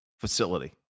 facility